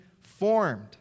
formed